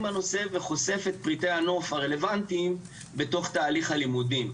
הנושא וחושף את פריטי הנוף הרלוונטיים בתוך תהליך הלימודים.